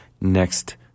next